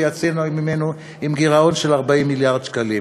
ויצאנו ממנו עם גירעון של 40 מיליארד שקלים,